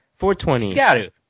420